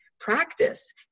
practice